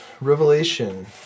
Revelation